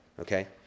Okay